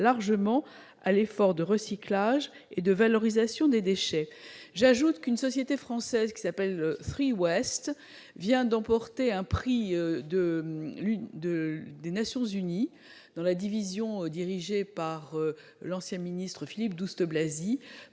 largement à l'effort de recyclage et de valorisation des déchets. J'ajoute que la société française Tree Waste vient de remporter un prix des Nations unies, délivré par la division dirigée par l'ancien ministre Philippe Douste-Blazy,